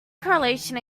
correlation